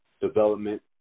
development